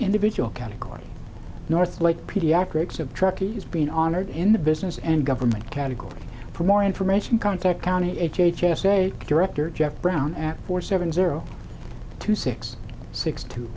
individual category northlake paediatrics of truckies being honored in the business and government category for more information contact county h h s a director jeff brown at four seven zero two six six two